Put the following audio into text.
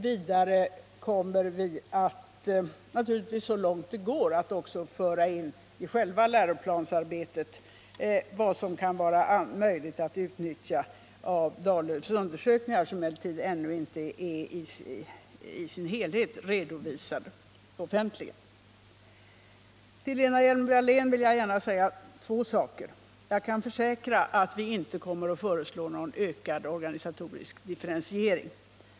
Vidare kommer vi så långt möjligt också i själva läroplansarbetet att föra in det som kan vara möjligt att utnyttja av Dahllöfs undersökningar, som emellertid ännu inte i sin helhet är offentligt redovisade. Till Lena Hjelm-Wallén vill jag säga två saker. Jag kan försäkra att vi inte kommer att föreslå någon ökad organisatorisk differentiering.